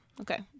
Okay